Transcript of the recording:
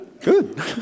good